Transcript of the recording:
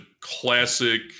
classic